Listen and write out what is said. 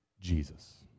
Jesus